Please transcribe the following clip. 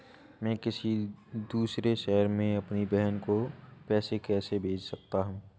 मैं किसी दूसरे शहर से अपनी बहन को पैसे कैसे भेज सकता हूँ?